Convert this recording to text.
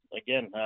again